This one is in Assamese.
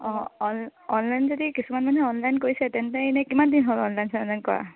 অঁ অনলাইন যদি কিছুমান মানুহে অনলাইন কৰিছে তেন্তে এনেই কিমান দিন হ'ল অনলাইন চনলাইন কৰা